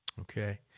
Okay